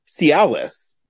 Cialis